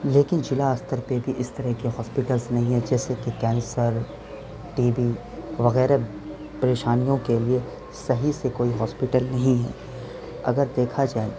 لیکن ضلع استر پہ بھی اس طرح کے ہاسپٹلس نہیں ہیں جیسے کہ کینسر ٹی بی وغیرہ پریشانیوں کے لیے صحیح سے کوئی ہاسپٹل نہیں ہے اگر دیکھا جائے